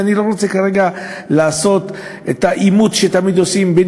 ואני לא רוצה כרגע לעשות את העימות שתמיד עושים בין